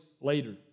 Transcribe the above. later